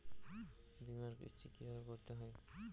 বিমার কিস্তি কিভাবে করতে হয়?